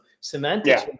semantics